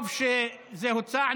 טוב שזה הוצע.